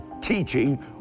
teaching